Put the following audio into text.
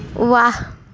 वाह